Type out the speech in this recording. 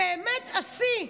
באמת השיא,